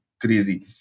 crazy